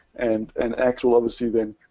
and and axe will obviously then,